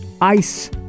Ice